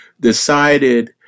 decided